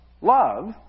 Love